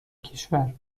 کشور